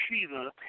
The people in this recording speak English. Shiva